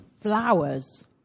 flowers